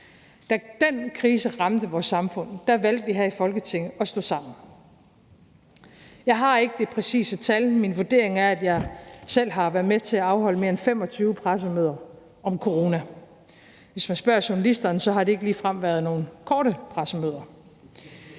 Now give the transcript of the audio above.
Da den krise ramte vores samfund, valgte vi her i Folketinget at stå sammen. Jeg har ikke det præcise tal. Min vurdering er, at jeg selv har været med til at afholde mere end 25 pressemøder om corona. Hvis man spørger journalisterne, har det ikke ligefrem været korte pressemøder.